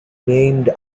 named